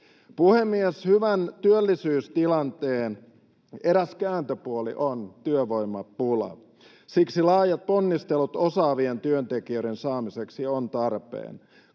Puhemies! Hyvän työllisyystilanteen eräs kääntöpuoli on työvoimapula. Siksi laajat ponnistelut osaavien työntekijöiden saamiseksi ovat tarpeen.